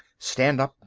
stand up.